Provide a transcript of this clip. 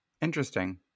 interesting